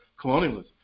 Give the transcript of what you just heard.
colonialism